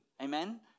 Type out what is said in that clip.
Amen